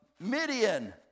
Midian